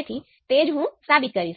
કરીને તેને ચકાસીએ